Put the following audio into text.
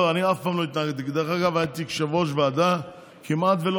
אני רוצה להגיד לכם שלא הבנתם,